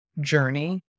journey